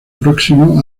próximo